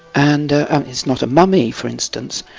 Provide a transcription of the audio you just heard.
and and it's not a mummy, for instance,